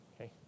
okay